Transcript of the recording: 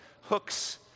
hooks